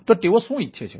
તો તેઓ શું ઇચ્છે છે